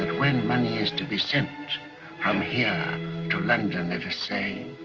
ah when money is to be sent from here to london, let us say,